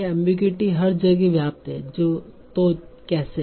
यह एमबीगुइटी हर जगह व्याप्त है तो कैसे